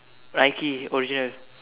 Nike original